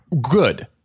good